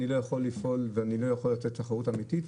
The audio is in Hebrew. אני לא יכול לפעול ואני לא יכול לתת תחרות אמיתית,